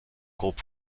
groupes